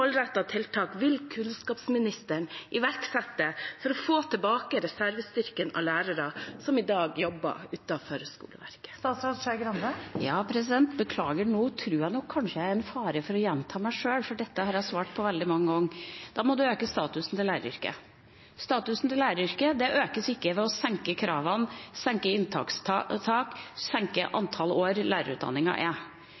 tiltak vil kunnskapsministeren iverksette for å få tilbake reservestyrken av lærere som i dag jobber utenfor skoleverket? Beklager, men nå tror jeg kanskje jeg står i fare for å gjenta meg selv, for dette har jeg svart på veldig mange ganger før: Da må vi øke statusen til læreryrket. Statusen til læreryrket økes ikke ved å senke kravene, senke inntakstaket, senke